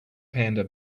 panda